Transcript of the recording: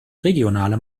regionale